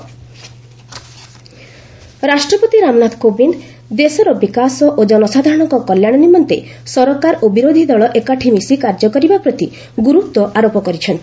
ପ୍ରେଜ୍ ଆଡ୍ରେସ୍ ରାଷ୍ଟ୍ରପତି ରାମନାଥ କୋବିନ୍ଦ ଦେଶର ବିକାଶ ଓ ଜନସାଧାରଣଙ୍କ କଲ୍ୟାଣ ନିମେନ୍ତ ସରକାର ଓ ବିରୋଧି ଦଳ ଏକାଠି ମିଶି କାର୍ଯ୍ୟ କରିବା ପ୍ରତି ଗୁରୁତ୍ୱ ଆରୋପ କରିଛନ୍ତି